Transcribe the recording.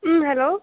ம் ஹலோ